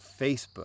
Facebook